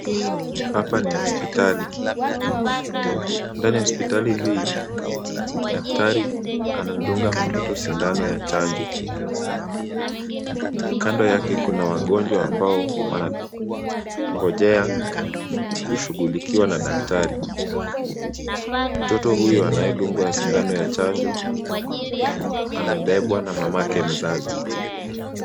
Hapa ni hospitali, ndani ya hospitali hii daktari anamdunga mtoto sindano ya chanjo. Kando yake kuna wagonjwa ambao wanangojea kushughulikiwa na daktari. Mtoto huyu anayedungwa sindano ya chanjo amebebwa na mamake mzazi.